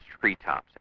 treetops